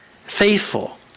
faithful